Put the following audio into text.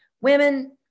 Women